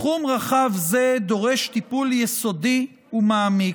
תחום רחב זה דורש טיפול יסודי ומעמיק.